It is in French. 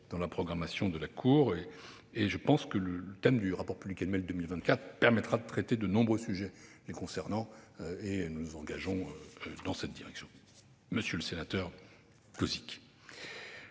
au programme de la Cour. Je pense en outre que le rapport public annuel 2024 permettra de traiter de nombreux sujets les concernant ; nous nous engageons dans cette direction. Monsieur le sénateur Cozic,